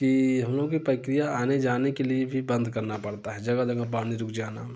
की हम लोगों के प्रक्रिया आने जाने के लिए भी बंद करना पड़ता है जगह जगह पानी रुक जाना